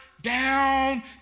down